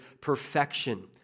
perfection